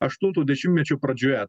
aštunto dešimtmečio pradžioje